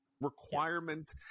requirement